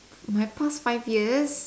my past five years